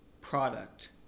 product